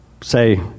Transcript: say